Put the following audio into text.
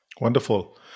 Wonderful